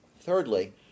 Thirdly